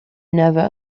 never